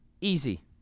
easy